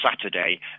Saturday